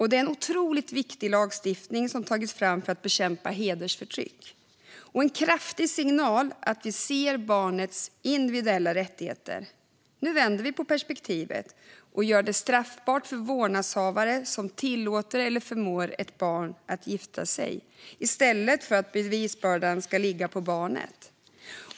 Det är en otroligt viktig lagstiftning, som tagits fram för att bekämpa hedersförtryck, och en kraftig signal om att vi ser barnets individuella rättigheter. Nu vänder vi på perspektivet och gör det straffbart för vårdnadshavare att tillåta eller förmå ett barn att gifta sig, i stället för att bevisbördan ska ligga på barnet.